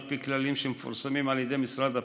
פי כללים שמפורסמים על ידי משרד הפנים,